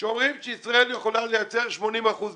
שאומרים שישראל יכולה לייצר 80% מהמלט.